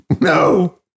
No